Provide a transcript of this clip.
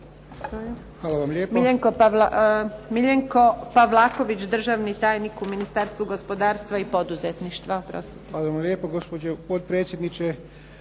Miljenko Pavlaković, državni tajnik u Ministarstvu gospodarstva i poduzetništva.